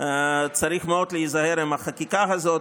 צריך מאוד להיזהר עם החקיקה הזאת,